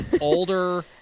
older